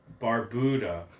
Barbuda